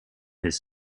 his